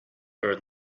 grow